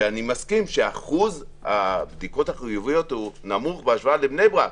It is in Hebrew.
שאני מסכים שאחוז הבדיקות החיוביות הוא נמוך בהשוואה לבני ברק,